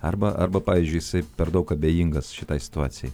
arba arba pavyzdžiui jisai per daug abejingas šitai situacijai